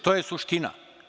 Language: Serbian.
To je suština.